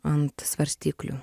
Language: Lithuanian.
ant svarstyklių